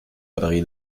batterie